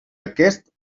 aquest